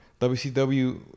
WCW